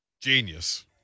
genius